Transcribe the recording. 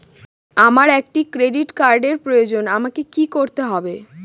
আমার একটি ক্রেডিট কার্ডের প্রয়োজন আমাকে কি করতে হবে?